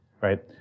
right